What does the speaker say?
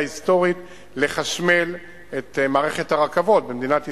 היסטורית לחשמל את מערכת הרכבות במדינת ישראל,